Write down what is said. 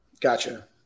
Gotcha